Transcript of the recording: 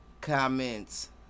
comments